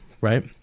right